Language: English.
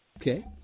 Okay